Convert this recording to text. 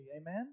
Amen